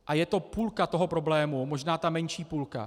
A je to půlka toho problému, možná ta menší půlka.